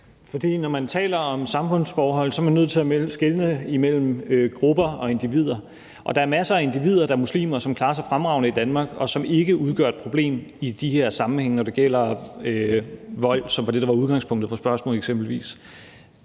Fordi man, når man taler om samfundsforhold, er nødt til at skelne mellem grupper og individer. Og der er masser af individer, der er muslimer, og som klarer sig fremragende i Danmark, og som ikke udgør et problem i de her sammenhænge, når det eksempelvis gælder vold, som var det, der var udgangspunktet for spørgsmålet.